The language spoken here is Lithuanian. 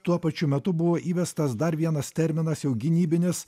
tuo pačiu metu buvo įvestas dar vienas terminas jau gynybinis